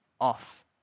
off